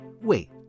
Wait